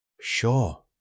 Sure